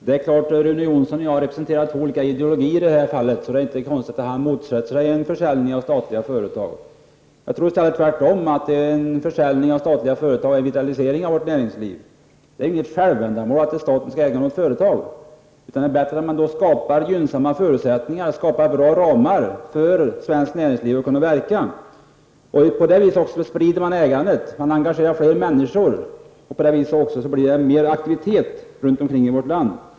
Herr talman! Rune Jonsson och jag representerar två olika ideologier, och det är inte konstigt att han motsätter sig en försäljning av statliga företag. Själv tror jag att en försäljning av statliga företag innebär en vitalisering av vårt näringsliv. Det är inget självändamål för staten att äga företag. Det är bättre att skapa gynnsamma förutsättningar och bra ramar för svenskt näringsliv att kunna verka. På det viset sprider man också ägandet och engagerar fler människor. Det blir därmed mer aktivitet runt om i vårt land.